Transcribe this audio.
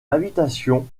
invitation